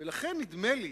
ולכן, נדמה לי